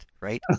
Right